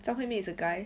张惠妹 is a guy